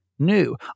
new